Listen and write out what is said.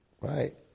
Right